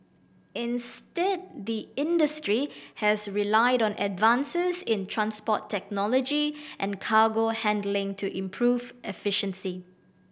instead the industry has relied on advances in transport technology and cargo handling to improve efficiency